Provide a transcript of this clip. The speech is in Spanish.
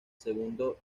segundo